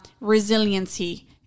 resiliency